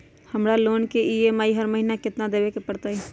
हमरा लोन के ई.एम.आई हर महिना केतना देबे के परतई?